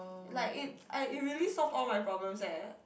like it I it really solve all my problems eh